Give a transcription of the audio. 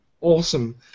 awesome